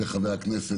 וחבר הכנסת